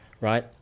right